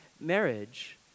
marriage